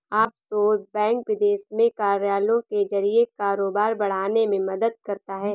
offshore bank विदेश में कार्यालयों के जरिए कारोबार बढ़ाने में मदद करता है